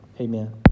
Amen